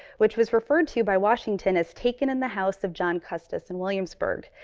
which was referred to by washington as taken in the house of john custis in williamsburg,